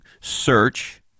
search